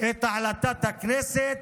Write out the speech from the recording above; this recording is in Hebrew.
את החלטת הכנסת